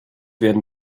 werden